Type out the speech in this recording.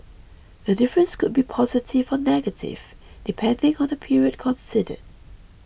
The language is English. the difference could be positive or negative depending on the period considered